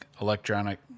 electronic